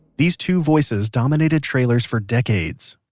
these two voices dominated trailers for decades.